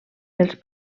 els